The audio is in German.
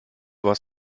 was